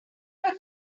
were